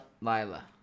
Lila